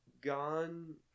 gone